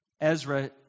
Ezra